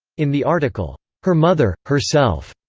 in the article her mother, herself,